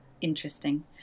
interesting